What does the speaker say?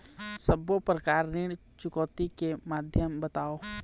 सब्बो प्रकार ऋण चुकौती के माध्यम बताव?